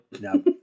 No